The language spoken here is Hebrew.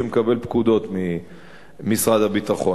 שמקבל פקודות ממשרד הביטחון.